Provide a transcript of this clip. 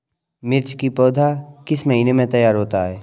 मिर्च की पौधा किस महीने में तैयार होता है?